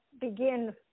begin